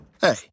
Hey